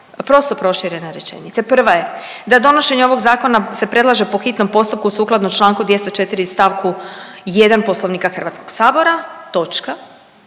prosto proširene rečenice. Prva je da donošenje ovog zakona se predlaže po hitnom postupku sukladno čl. 204. st. 1. Poslovnika HS, točka